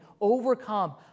overcome